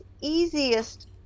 easiest